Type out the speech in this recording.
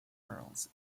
worlds